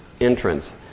entrance